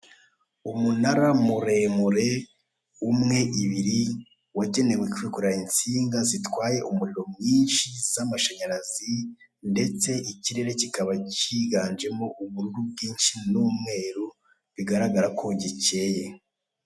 Umunara muremure umwe, ibiri, wagenewe kwikorera insinga zitwaye umuriro mwinshi z'amashanyarazi, ndetse ikirere kikaba kiganjemo ubururu bwinshi n'umweru bigaragara ko gikeye.